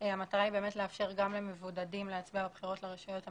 המטרה היא לאפשר גם למבודדים להצביע בבחירות לרשויות המקומיות.